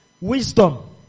Wisdom